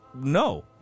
No